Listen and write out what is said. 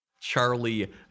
Charlie